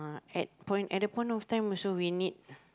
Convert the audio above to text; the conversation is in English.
at point at that point also we need